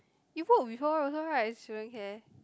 you work before also right student care